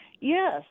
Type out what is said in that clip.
Yes